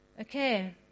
Okay